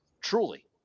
Truly